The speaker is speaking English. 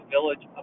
Village